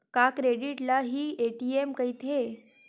का क्रेडिट ल हि ए.टी.एम कहिथे?